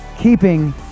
keeping